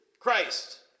Christ